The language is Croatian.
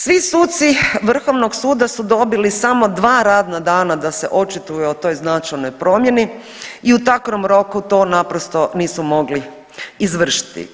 Svi suci Vrhovnog suda su dobili samo 2 radna dana da se očituju o toj značajnoj promjeni i u takvo roku to naprosto nisu mogli izvršiti.